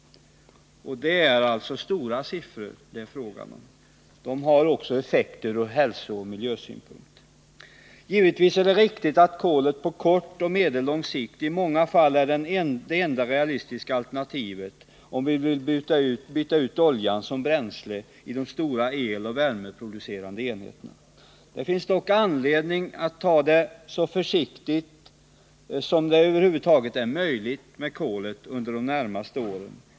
Det är alltså fråga om höga siffror. Detta får också effekter ur hälsooch miljösynpunkt. Givetvis är det riktigt att kolet på kort och medellång sikt i många fall är det enda realistiska alternativet, om vi vill byta ut oljan som bränsle i de stora eloch värmeproducerande enheterna. Det finns dock anledning att under de närmaste åren ta det så försiktigt som det över huvud taget är möjligt när det gäller kolet.